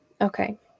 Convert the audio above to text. Okay